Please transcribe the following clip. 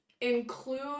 include